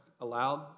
allowed